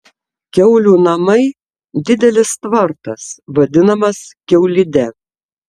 kiaulių namai didelis tvartas vadinamas kiaulide